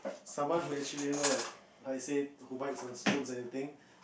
someone who actually you know like how to say who bit on spoons anything